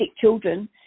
children